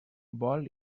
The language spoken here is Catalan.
vol